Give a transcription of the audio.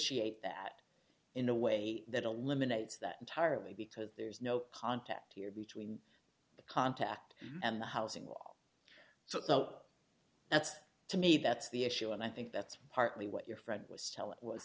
vitiate that in a way that a limits that entirely because there's no contact here between the contact and the housing will so that's to me that's the issue and i think that's partly what your friend was telling us